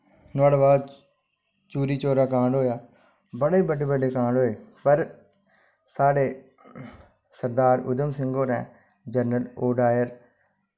नोह्ड़े बाद चौरी चौरा कांड होआ बड़े बड्डे बड्डे कांड होए पर साढ़े सरदार उदम सिंह होरैं जनरल ओ डायर